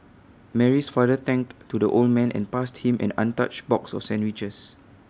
Mary's father thanked to the old man and passed him an untouched box of sandwiches